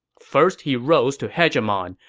first he rose to hegemon,